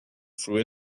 through